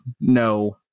no